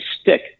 stick